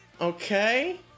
Okay